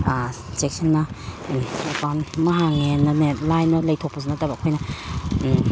ꯆꯦꯛꯁꯤꯟꯅ ꯑꯦꯀꯥꯎꯟ ꯑꯃ ꯍꯥꯡꯉꯦꯅꯅꯦ ꯂꯥꯏꯅ ꯂꯩꯊꯣꯛꯄꯁꯨ ꯅꯠꯇꯕ ꯑꯩꯈꯣꯏꯅ